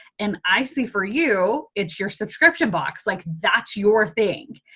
and i see for you, it's your subscription box. like that's your thing,